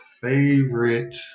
favorite